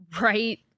right